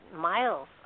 miles